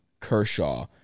Kershaw